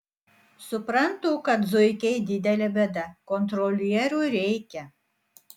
suprantu kad zuikiai didelė bėda kontrolierių reikia